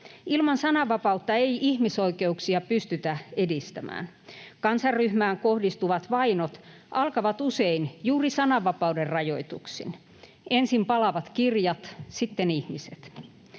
Ilman sananvapautta ei ihmisoikeuksia pystytä edistämään. Kansanryhmään kohdistuvat vainot alkavat usein juuri sananvapauden rajoituksin. Ensin palavat kirjat, sitten ihmiset.